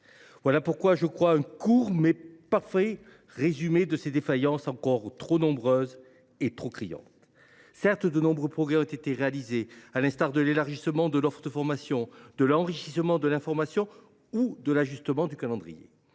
Voilà, je crois, un court, mais parfait résumé de ses défaillances, encore trop nombreuses et criantes. Certes, de nombreux progrès ont été réalisés, à l’instar de l’élargissement de l’offre de formation, de l’enrichissement de l’information ou de l’ajustement du calendrier.